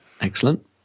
Excellent